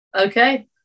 Okay